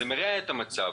זה מרע את המצב.